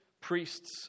priests